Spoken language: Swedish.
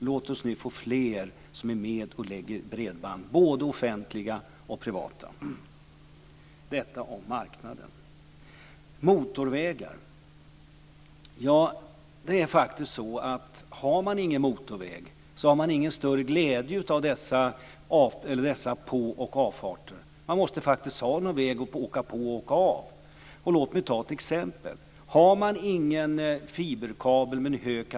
Låt oss nu få fler som är med och lägger bredband - både offentliga och privata. Detta om marknaden. Har man ingen motorväg har man ingen större glädje av dessa på och avfarter. Man måste faktiskt ha en väg att åka på och av. Låt mig ta ett exempel.